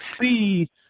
see